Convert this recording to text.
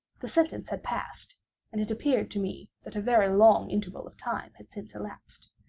the sentence had passed and it appeared to me that a very long interval of time had since elapsed.